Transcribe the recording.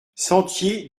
sentier